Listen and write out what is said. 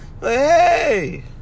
Hey